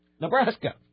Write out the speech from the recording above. Nebraska